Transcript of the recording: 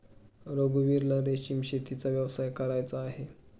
रघुवीरला रेशीम शेतीचा व्यवसाय करायचा आहे